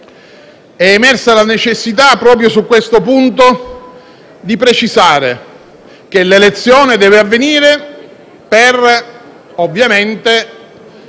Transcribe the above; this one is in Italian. è emersa la necessità, proprio su questo punto, di precisare che l'elezione deve avvenire ovviamente